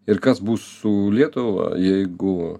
ir kas bus su lietuva jeigu